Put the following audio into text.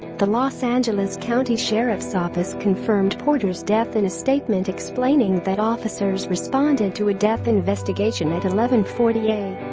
the los angeles county sheriff's office confirmed porter's death in a statement explaining that officers responded to a death investigation at eleven forty a